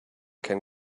can